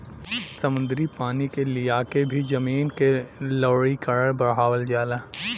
समुद्री पानी के लियाके भी जमीन क लवणीकरण बढ़ावल जाला